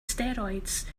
steroids